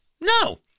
No